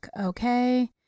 okay